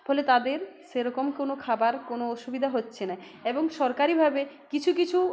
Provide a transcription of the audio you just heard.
ফলে তাদের সেরকম কোনো খাবার কোনো অসুবিধা হচ্ছে না এবং সরকারিভাবে কিছু কিছু